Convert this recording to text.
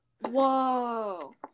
Whoa